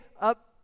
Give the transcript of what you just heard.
up